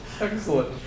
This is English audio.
excellent